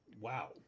wow